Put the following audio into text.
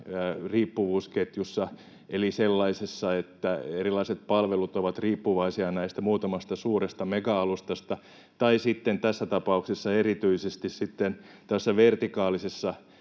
riippuvuusketjussa eli sellaisessa, että erilaiset palvelut ovat riippuvaisia näistä muutamasta suuresta mega-alustasta, tai sitten tässä tapauksessa erityisesti tässä vertikaalisessa